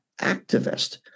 activist